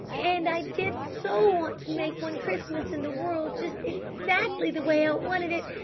and i did so want to make one christmas in the world just exactly the way i wanted it!